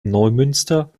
neumünster